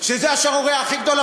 שזה השערורייה הכי גדולה,